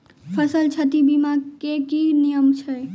फसल क्षति बीमा केँ की नियम छै?